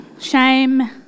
shame